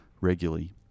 regularly